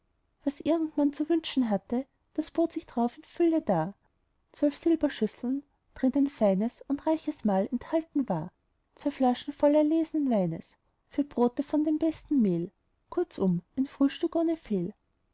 was irgend man zu wünschen hatte das bot sich drauf in fülle dar zwölf silberschüsseln drin ein feines und reiches mahl enthalten war zwei flaschen voll erlesnen weines vier brote von dem besten mehl kurzum ein frühstück ohne fehl